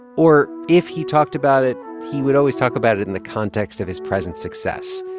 or if he talked about it, he would always talk about it in the context of his present success,